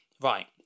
right